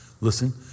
Listen